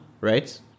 right